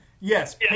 Yes